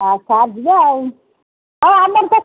ଆଃ sir ଯିବେ ଆଉ ଆଉ ଆମର ତ